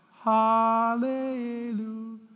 Hallelujah